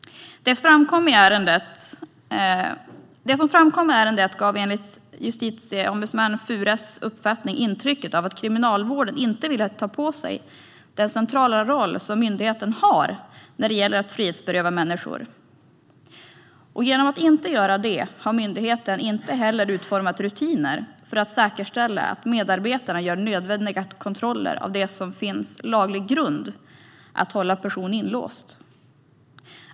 Det som framkom i ärendet gav enligt JO Furas uppfattning intrycket av att Kriminalvården inte ville ta på sig den centrala roll som myndigheten har när det gäller att frihetsberöva människor. Genom att inte göra det har myndigheten inte heller utformat rutiner för att säkerställa att medarbetarna gör nödvändiga kontroller av att det finns laglig grund att hålla en person inlåst.